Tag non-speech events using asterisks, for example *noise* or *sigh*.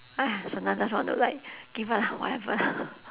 !aiya! sometimes just want to like give up lah whatever lah *breath*